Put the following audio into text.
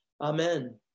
Amen